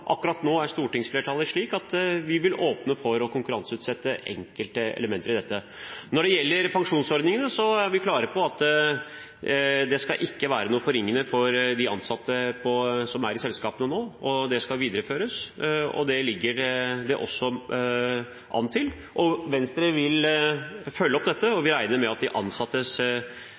Akkurat nå er stortingsflertallet slik at vi vil åpne for å konkurranseutsette enkelte elementer i dette. Når det gjelder pensjonsordningene, er vi klare på at dette ikke skal være noen forringelse for de ansatte som er i selskapene nå, og at de skal videreføres. Det ligger det også an til. Venstre vil følge opp dette, og